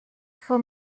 for